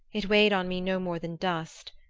it weighed on me no more than dust.